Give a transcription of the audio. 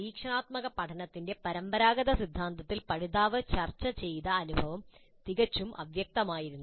പരീക്ഷണാത്മക പഠനത്തിന്റെ പരമ്പരാഗത സിദ്ധാന്തത്തിൽ പഠിതാവ് ചർച്ച ചെയ്ത അനുഭവം തികച്ചും അവ്യക്തമായിരുന്നു